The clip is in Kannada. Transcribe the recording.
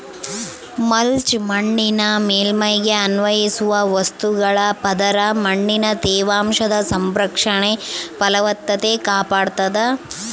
ಮಲ್ಚ್ ಮಣ್ಣಿನ ಮೇಲ್ಮೈಗೆ ಅನ್ವಯಿಸುವ ವಸ್ತುಗಳ ಪದರ ಮಣ್ಣಿನ ತೇವಾಂಶದ ಸಂರಕ್ಷಣೆ ಫಲವತ್ತತೆ ಕಾಪಾಡ್ತಾದ